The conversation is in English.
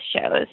shows